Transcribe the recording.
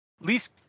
least